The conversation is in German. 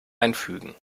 einfügen